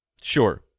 Sure